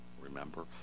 remember